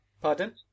Pardon